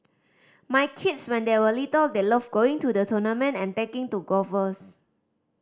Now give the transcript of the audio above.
my kids when they were little they loved going to the tournament and taking to golfers